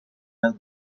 las